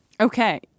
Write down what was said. Okay